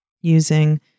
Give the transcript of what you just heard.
using